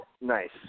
Nice